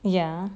ya